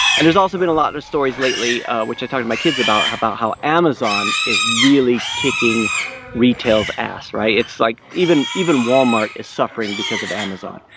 and there's also been a lot of stories lately which i talk to my kids about about how amazon is really kicking retails ass. it's like even even walmart is suffering because of amazon.